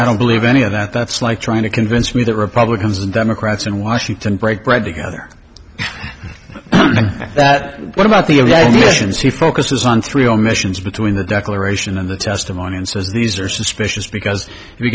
i don't believe any of that that's like trying to convince me that republicans and democrats and washington break bread together and that what about the focuses on three omissions between the declaration and the testimony and says these are suspicious because